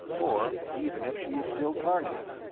or even if she is still carnate.